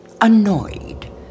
annoyed